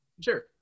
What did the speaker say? sure